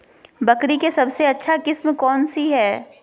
बकरी के सबसे अच्छा किस्म कौन सी है?